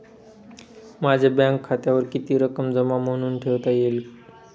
माझ्या बँक खात्यावर किती रक्कम जमा म्हणून ठेवता येईल?